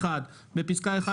(1)בפסקה (1),